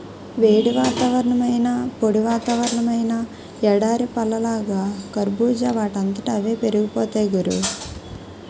వేడి వాతావరణమైనా, పొడి వాతావరణమైనా ఎడారి పళ్ళలాగా కర్బూజా వాటంతట అవే పెరిగిపోతాయ్ గురూ